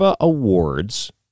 awards